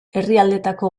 herrialdeetako